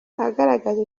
agaragaza